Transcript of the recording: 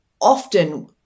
often